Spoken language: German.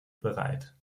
bereit